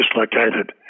dislocated